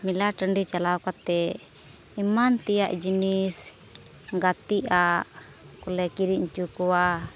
ᱢᱮᱞᱟ ᱴᱟᱺᱰᱤ ᱪᱟᱞᱟᱣ ᱠᱟᱛᱮᱫ ᱮᱢᱟᱱ ᱛᱮᱭᱟᱜ ᱡᱤᱱᱤᱥ ᱜᱟᱛᱮᱜ ᱟᱜ ᱠᱚᱞᱮ ᱠᱤᱨᱤᱧ ᱦᱚᱪᱚ ᱠᱚᱣᱟ